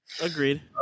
Agreed